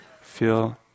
feel